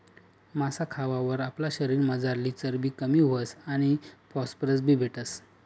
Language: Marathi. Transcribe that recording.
मासा खावावर आपला शरीरमझारली चरबी कमी व्हस आणि फॉस्फरस बी भेटस